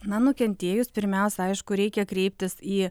na nukentėjus pirmiausia aišku reikia kreiptis į